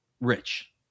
rich